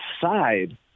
side